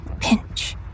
Pinch